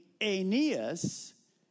Aeneas